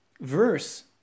verse